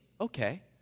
okay